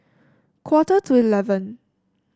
quarter to eleven